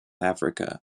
africa